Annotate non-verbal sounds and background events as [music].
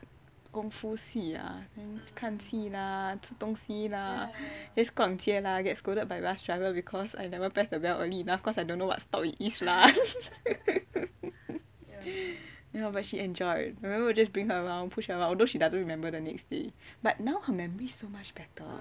kung fu 戏 ah 看戏 ah 吃东西 lah just 逛街 ah get scolded by bus driver because I never press the bell early enough cause I don't know what stop it is lah [laughs] but she enjoyed I will just bring her around push her around although she doesn't remember the next day but now her memory is so much better